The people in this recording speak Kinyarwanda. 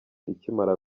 ikimara